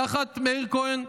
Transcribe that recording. תחת מאיר כהן,